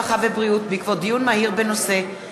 הרווחה והבריאות בעקבות דיון מהיר בהצעתם